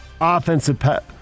offensive